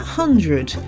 hundred